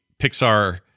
Pixar